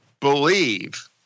believe